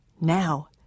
Now